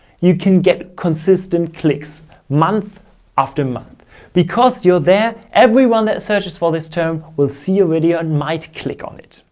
you can get consistent clicks month after month because you're there. everyone that searches for this term will see a video and might click on it.